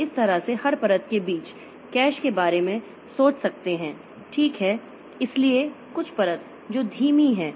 तो इस तरह से हर परत के बीच कैश के बारे में सोच सकते हैं ठीक है इसलिए कुछ परत जो धीमी है